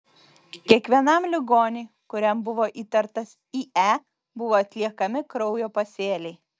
kiekvienam ligoniui kuriam buvo įtartas ie buvo atliekami kraujo pasėliai